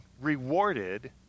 rewarded